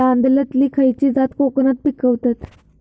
तांदलतली खयची जात कोकणात पिकवतत?